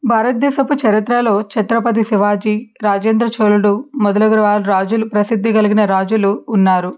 భారతదేశపు చరిత్రలో ఛత్రపతి శివాజీ రాజేంద్ర చోళుడు మొదలగు రాజులు ప్రసిద్ధి కలిగిన రాజులు ఉన్నారు